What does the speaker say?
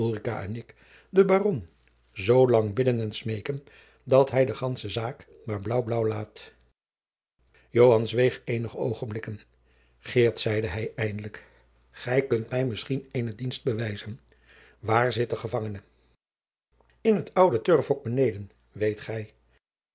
en ik den baron zoolang bidden en smeken dat hij de gandsche zaak maar blaauw blaauw laat jacob van lennep de pleegzoon joan zweeg eenige oogenblikken geert zeide hij eindelijk gij kunt mij misschien eene dienst bewijzen waar zit de gevangene in het oude turfhok beneden weet gij